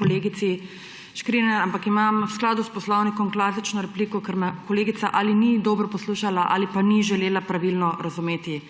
kolegici Škrinjar več stvari, ampak imam v skladu s poslovnikom klasično repliko, ker me kolegica ali ni dobro poslušala ali pa ni želela pravilno razumeti.